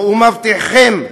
ואני מבטיחכם: